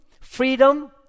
freedom